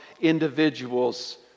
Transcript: individuals